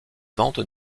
ventes